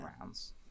rounds